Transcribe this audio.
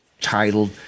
titled